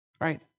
right